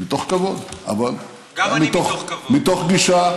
אבל זה הערה שלך והערה שלה,